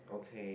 okay